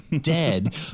dead